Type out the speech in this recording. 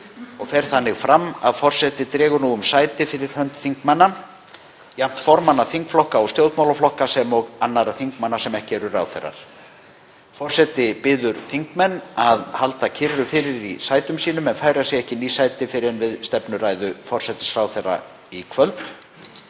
og fer þannig fram að forseti dregur nú um sæti fyrir hönd þingmanna, jafnt formanna þingflokka og stjórnmálaflokka sem og annarra þingmanna sem ekki eru ráðherrar. Forseti biður þingmenn að halda kyrru fyrir í sætum sínum og færa sig ekki í ný sæti fyrr en við stefnuræðu forsætisráðherra í kvöld.